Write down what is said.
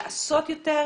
לעשות יותר,